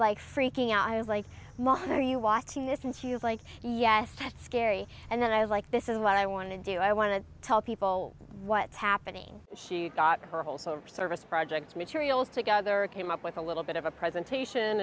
like freaking out i was like mom are you watching this and she was like yes that's scary and then i was like this is what i want to do i want to tell people what's happening she thought her whole sort of service project materials together came up with a little bit of a presentation